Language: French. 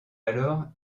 alors